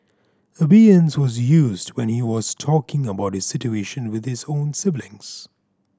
Abeyance was used when he was talking about this situation with his own siblings